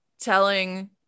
telling